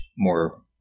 More